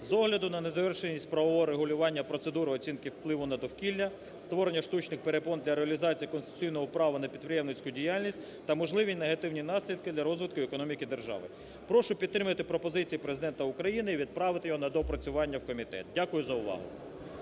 з огляду на недовершеність правового регулювання процедури оцінки впливу на довкілля, створення штучних перепон для реалізації конституційного права на підприємницьку діяльність та можливі негативні наслідки для розвитку економіки держави. Прошу підтримати пропозиції Президента України і відправити його на доопрацювання в комітет. Дякую за увагу.